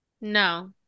No